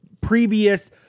previous